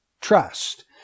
trust